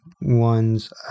ones